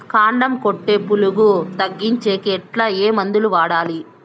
కాండం కొట్టే పులుగు తగ్గించేకి ఎట్లా? ఏ మందులు వాడాలి?